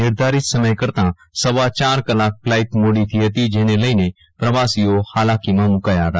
નિર્ધારિત સમય કરતા સવા ચાર કલાક ફ્લાઈ મોડી થઇ ફતી જેને લઈને પ્રવાસીઓ ફાલાકી માં મુકાયા ફતા